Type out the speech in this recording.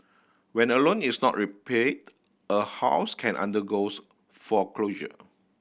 when a loan is not repaid a house can undergoes foreclosure